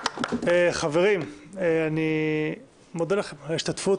חברים, אני מודה לכם על ההשתתפות.